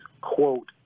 quote